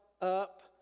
up